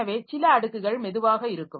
எனவே சில அடுக்குகள் மெதுவாக இருக்கும்